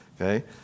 Okay